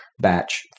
batch